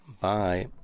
Bye